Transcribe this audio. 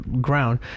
ground